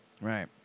Right